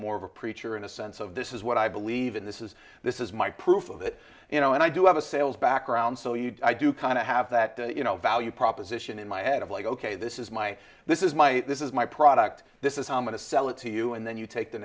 more of a preacher in a sense of this is what i believe in this is this is my proof of it you know and i do have a sales background so you i do kind of have that you know value proposition in my head of like ok this is my this is my this is my product this is how i'm going to sell it to you and then you take the